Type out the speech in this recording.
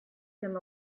him